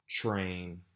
train